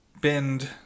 bend